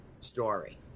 story